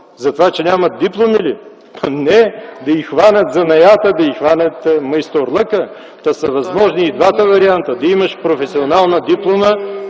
Затова, че нямат дипломи ли?! Не, а да й хванат занаята, да й хванат майсторлъка. Възможни са и двата варианта – да имаш професионална диплома